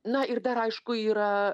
na ir dar aišku yra